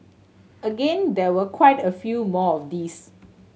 again there were quite a few more of these